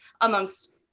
amongst